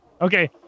Okay